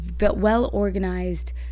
well-organized